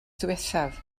ddiwethaf